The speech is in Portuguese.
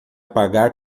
pagar